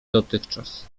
dotychczas